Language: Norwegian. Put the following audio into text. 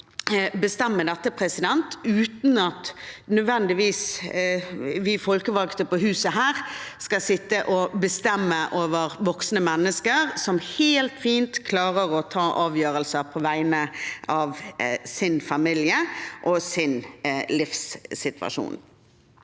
bestemme dette, uten at nødvendigvis vi folkevalgte her på huset skal sitte og bestemme over voksne mennesker som helt fint klarer å ta avgjørelser på vegne av sin familie og sin livssituasjon.